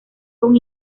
con